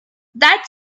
that